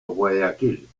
guayaquil